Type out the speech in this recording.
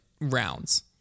rounds